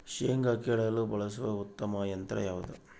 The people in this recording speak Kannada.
ಶೇಂಗಾ ಕೇಳಲು ಬಳಸುವ ಉತ್ತಮ ಯಂತ್ರ ಯಾವುದು?